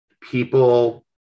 people